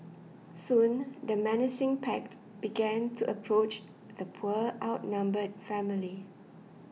soon the menacing pack began to approach the poor outnumbered family